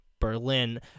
Berlin